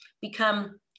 become